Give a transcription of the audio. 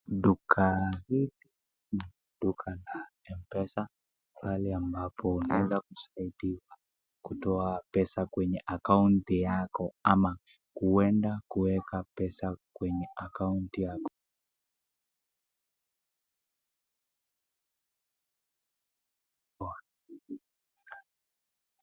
Duka hili ni duka la m-pesa, pahali ambapo unaweza kusaidiwa kutoa pesa kwenye akaunti yako ama kuenda kuweka pesa kwenye akaunti yako.